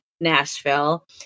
Nashville